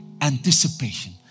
anticipation